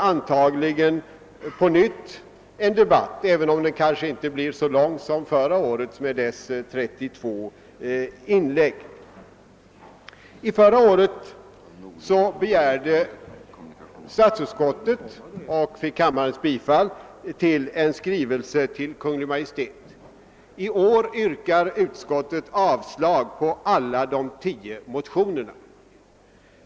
Antagligen får vi återigen en debatt, även om den kanske inte blir så lång som förra årets med dess 32 anföranden. I fjol begärde statsutskottet och fick kammarens bifall till en skrivelse till Kungl. Maj:t. I år yrkar utskottet avslag på alla de tio motionerna.